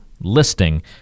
listing